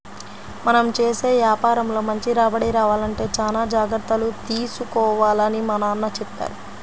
మనం చేసే యాపారంలో మంచి రాబడి రావాలంటే చానా జాగర్తలు తీసుకోవాలని మా నాన్న చెప్పారు